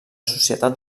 societat